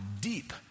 deep